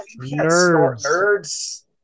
Nerds